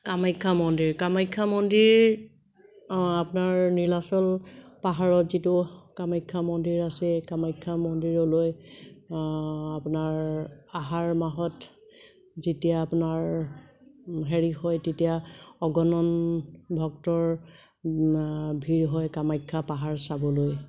কামাখ্যা মন্দিৰ কামাখ্যা মন্দিৰ অ আপোনাৰ নীলাচল পাহাৰত যিটো কামাখ্যা মন্দিৰ আছে কামাখ্যা মন্দিৰলৈ আপোনাৰ আহাৰ মাহত যেতিয়া আপোনাৰ হেৰি হয় তেতিয়া অগনন ভক্তৰ ভিৰ হয় কামাখ্যা পাহাৰ চাবলৈ